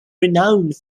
renowned